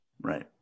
right